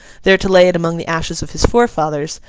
there to lay it among the ashes of his forefathers,